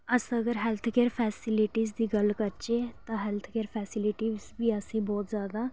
अस्स अगर healthcare facilities दी गल्ल करचै तां हेल्थ केयर फैसिलिटी उसगी असें बहुत ज्यादा